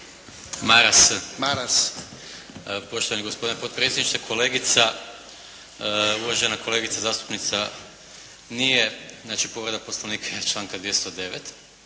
Maras./ … Poštovani gospodine potpredsjedniče kolegica, uvažena kolegica zastupnica nije, znači povreda Poslovnika iz članka 209.,